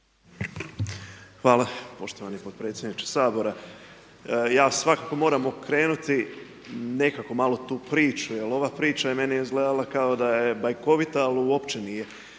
Hvala poštovani potpredsjedniče Sabora. Ja svakako moram okrenuti nekako malo tu priču, jer ova je priča meni izgledala kao da je bajkovita, ali uopće nije.